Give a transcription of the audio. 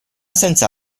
senza